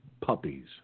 puppies